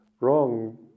wrong